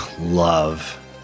love